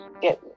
get